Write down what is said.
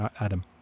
Adam